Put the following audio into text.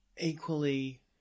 Equally